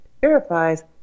verifies